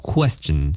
Question